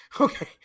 Okay